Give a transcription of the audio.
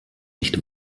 nicht